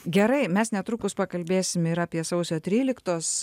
gerai mes netrukus pakalbėsim ir apie sausio tryliktos